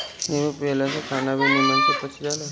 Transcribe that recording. नींबू पियला से खाना भी निमन से पच जाला